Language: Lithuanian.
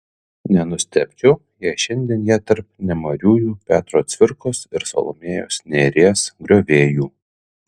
nenustebčiau jei šiandien jie tarp nemariųjų petro cvirkos ir salomėjos nėries griovėjų